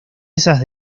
esas